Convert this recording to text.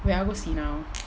wait I want go see now